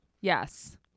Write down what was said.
Yes